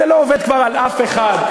זה לא עובד כבר על אף אחד,